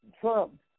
Trump